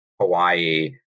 Hawaii